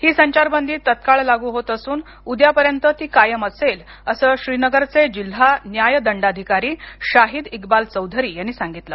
ही संचारबंदी तत्काळ लागू होत असून उद्यापर्यंत ती कायम असेल असं श्रीनगरचे जिल्हान्याय दंडाधिकारी शाहीद इक्बाल चौधरी यांनी सांगितलं